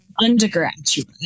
undergraduate